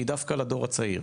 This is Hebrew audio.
היא דווקא לדור הצעיר.